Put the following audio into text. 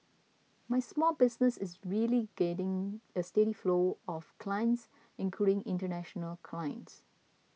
my small business is really gaining a steady flow of clients including international clients